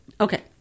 Okay